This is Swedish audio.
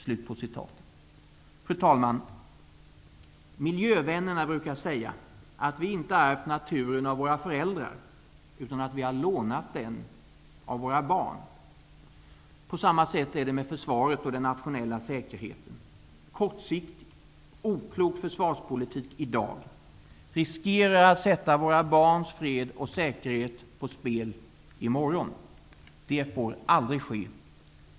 Fru talman! Miljövännerna brukar säga att vi inte har ärvt naturen av våra föräldrar utan att vi har lånat den av våra barn. På samma sätt är det med försvaret och den nationella säkerheten. Kortsiktig, oklok försvarspolitik i dag, riskerar att sätta våra barns fred och säkerhet på spel i morgon. Det får aldrig ske.